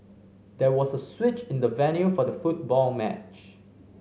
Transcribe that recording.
there was a switch in the venue for the football match